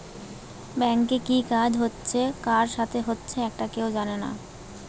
ব্যাংকে কি কাজ হচ্ছে কার সাথে হচ্চে একটা কেউ জানে না